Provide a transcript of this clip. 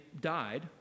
died